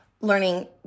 learning